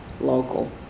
local